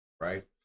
right